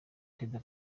perezida